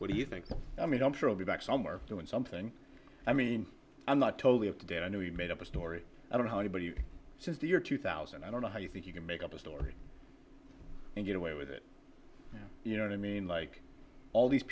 what do you think i mean i'm sure i'll be back somewhere doing something i mean i'm not totally up to date i know you made up a story i don't have anybody since the year two thousand i don't know how you think you can make up a story and get away with it you know what i mean like all these